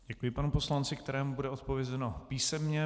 Děkuji panu poslanci, kterému bude odpovězeno písemně.